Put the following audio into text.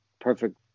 perfect